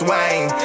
Wayne